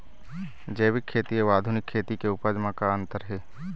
जैविक खेती अउ आधुनिक खेती के उपज म का अंतर हे?